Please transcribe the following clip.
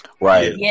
Right